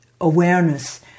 awareness